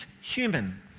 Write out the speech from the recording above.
human